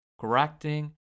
correcting